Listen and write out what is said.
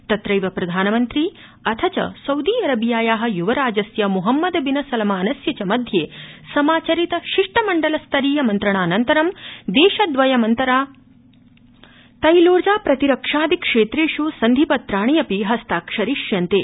तत्रैव प्रधानमन्त्री अथ च सउदी अरबियाया युवराजस्य मोहम्मद बिन सलमानस्य च मध्ये समाचरित शिष्टमण्डल स्तरीय मन्त्रणानन्तरं देशद्वयमन्तरा तैलोर्जा प्रतिरक्षादि क्षेत्रेष् सन्धिपत्राणि अपि हस्ताक्षरिष्यन्ते